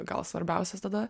gal svarbiausias tada